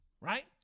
right